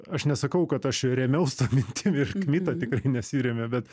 aš nesakau kad aš rėmiaus ta mintim ir kmita tikrai nesirėmė bet